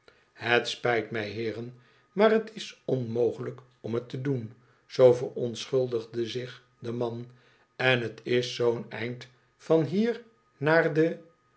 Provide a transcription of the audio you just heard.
het spijt mij heeren maar het is onmogelijk om het te doen zoo verontschuldigde zich de man en het is zoo'n eind van hier naar de